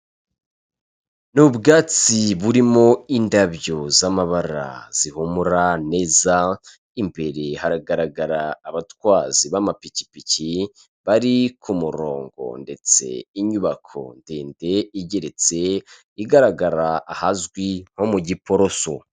Ni ubwubatsi burimo indabyo za'amabara zihumura neza, imbere hagaragara abatwazi b'amapikipiki bari ku murongo ndetse inyubako ndende igeretse igaragara ahazwi nko mu giporoso.